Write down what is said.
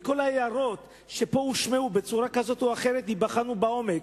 כל ההערות שהושמעו פה בצורה כזאת או אחרת ייבחנו לעומק,